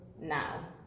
Now